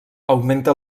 augmenta